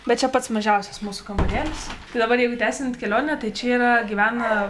bet čia pats mažiausias mūsų kambarėlis tai dabar jeigu tęsiant kelionę tai čia yra gyvena